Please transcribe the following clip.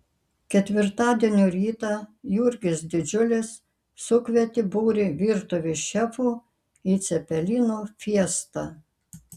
ketvirtadienio rytą jurgis didžiulis sukvietė būrį virtuvės šefų į cepelinų fiestą